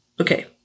Okay